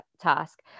task